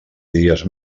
dies